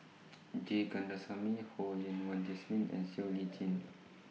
G Kandasamy Ho Yen Wah Jesmine and Siow Lee Chin